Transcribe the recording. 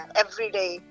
everyday